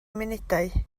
munudau